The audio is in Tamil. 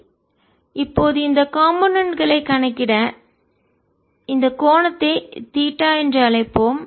daE 14π0 q ks2v2t2 இப்போது இந்த காம்போனென்ட் களை கூறுகளை கணக்கிட எனவே இந்த கோணத்தை தீட்டா என்று அழைப்போம்